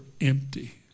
empty